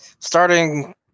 Starting